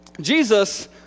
Jesus